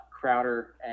Crowder